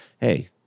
hey